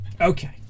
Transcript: Okay